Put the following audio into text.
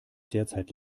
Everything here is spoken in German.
derzeit